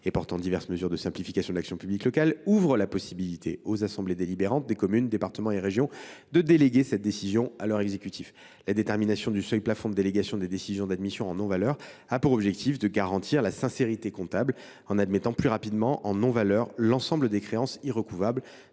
des créances irrécouvrables de faible montant, l’article 173 de la loi 3DS ouvre la possibilité aux assemblées délibérantes des communes, départements et régions de déléguer cette décision à leur exécutif. La détermination du seuil plafond de délégation des décisions d’admission en non valeur a pour objectif de garantir la sincérité comptable, en admettant plus rapidement en non valeur l’ensemble des créances irrécouvrables,